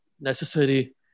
necessary